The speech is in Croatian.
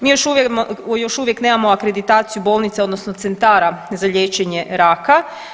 Mi još uvijek nemamo akreditaciju bolnica odnosno centara za liječenje raka.